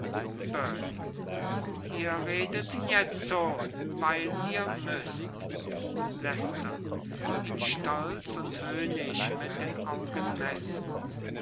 ihr redet jetzo weil ihr müßt leicester ihn stolz und höhnisch mit den augen messend